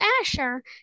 Asher